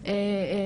ברור שאחד